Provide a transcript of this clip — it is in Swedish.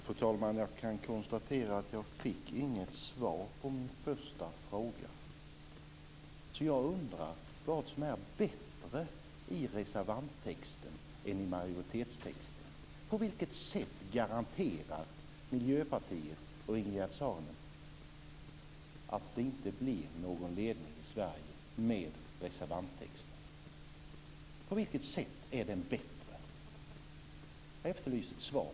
Fru talman! Jag kan konstatera att jag inte fick något svar på min första fråga. Vad är bättre i reservanttexten än i majoritetstexten? På vilket sätt garanterar Miljöpartiet och Ingegerd Saarinen i den reservanttexten att det inte blir någon ledning i Sverige? På vilket sätt är den bättre? Jag efterlyser ett svar.